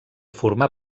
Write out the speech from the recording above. formar